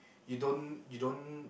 you don't you don't